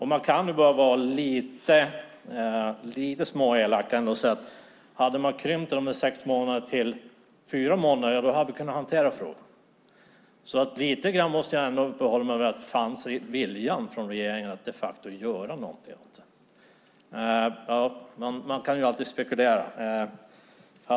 Man kan vara lite småelak och säga att om regeringen hade krympt de sex månaderna till fyra månader hade vi kunnat hantera frågan. Så lite grann måste jag ändå uppehålla mig vid frågan om viljan fanns från regeringen att de facto göra någonting. Man kan ju alltid spekulera.